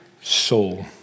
soul